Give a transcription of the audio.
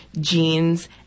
jeans